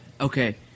Okay